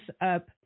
up